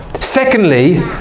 Secondly